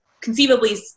conceivably